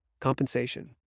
compensation